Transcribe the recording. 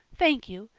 thank you.